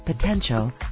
potential